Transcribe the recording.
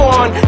on